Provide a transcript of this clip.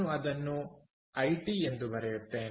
ನಾನು ಅದನ್ನು I T ಎಂದು ಬರೆಯುತ್ತೇನೆ